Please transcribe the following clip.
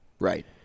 right